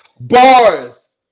Bars